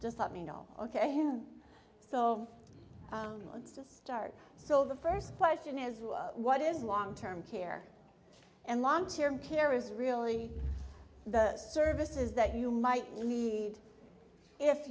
just let me know ok so let's just start so the first question is what is long term care and long term care is really the services that you might lead if